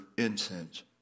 Incense